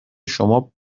شما